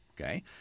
okay